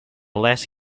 less